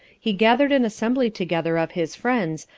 he gathered an assembly together of his friends,